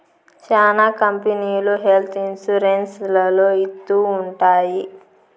శ్యానా కంపెనీలు health insurance లలో ఇత్తూ ఉంటాయి